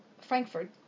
Frankfurt